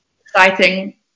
Exciting